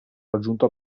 raggiunto